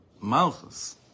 Malchus